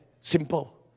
Simple